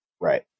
Right